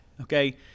okay